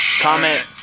Comment